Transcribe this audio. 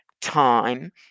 time